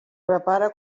prepara